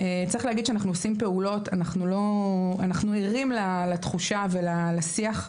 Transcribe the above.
אנחנו עושים פעולות, אנחנו ערים לתחושה ולשיח.